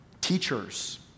Teachers